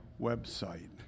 website